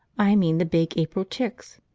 i mean the big april chicks,